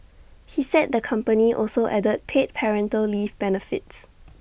he said the company also added paid parental leave benefits